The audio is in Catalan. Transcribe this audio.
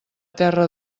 terra